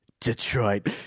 Detroit